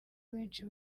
benshi